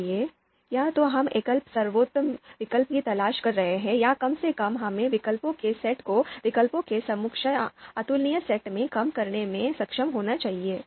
इसलिए या तो हम एकल सर्वोत्तम विकल्प की तलाश कर रहे हैं या कम से कम हमें विकल्पों के सेट को विकल्पों के समकक्ष या अतुलनीय सेट में कम करने में सक्षम होना चाहिए